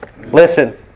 Listen